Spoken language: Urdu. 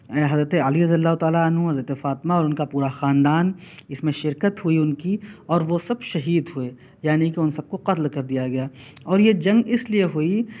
حضرت علی رضی اللہ تعالیٰ عنہ حضرت فاطمہ اور ان کا پورا خاندان اس میں شرکت ہوئی ان کی اور وہ سب شہید ہوئے یعنی کہ ان سب کو قتل کر دیا گیا اور یہ جنگ اس لیے ہوئی